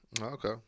Okay